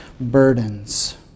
burdens